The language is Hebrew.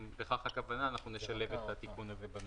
אם לכך הכוונה, אנחנו נשלב את התיקון הזה בנוסח.